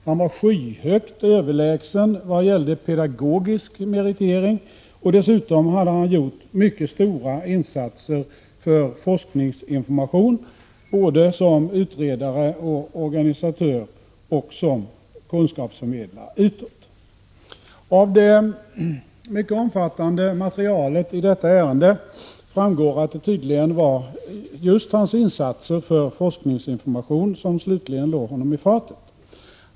Han var skyhögt överlägsen i vad gäller pedagogisk meritering, och dessutom hade han gjort mycket stora insatser för forskningsinformation både som utredare och organisatör och som kunskapsförmedlare utåt. Av det omfattande materialet i detta ärende framgår att det tydligen just var hans insatser för forskningsinformation som slutligen låg honom i fatet.